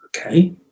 Okay